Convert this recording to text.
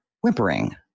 whimpering